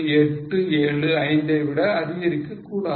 875 ஐ விட அதிகரிக்க கூடாது